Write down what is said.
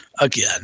again